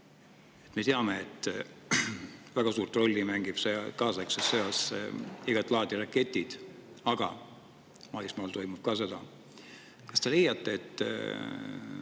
Me teame, et väga suurt rolli mängivad kaasaegses sõjas igat laadi raketid, aga maa peal toimub ka sõda. Kas te leiate, et